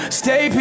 stay